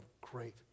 great